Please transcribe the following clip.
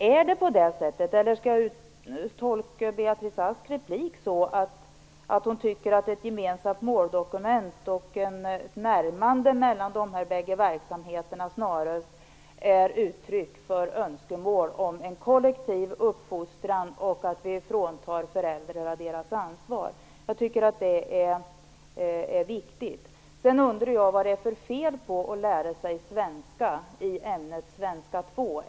Är det på detta sätt, eller skall jag tolka Beatrice Asks replik som att hon tycker att ett gemensamt måldokument och ett närmande mellan dessa båda verksamheter snarare är ett uttryck för önskemål om en kollektiv uppfostran och för att vi fråntar föräldrarna deras ansvar? Detta är viktigt. Jag undrar vad det är för fel på att lära sig svenska i ämnet svenska 2.